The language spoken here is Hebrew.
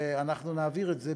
ואנחנו נעביר את זה,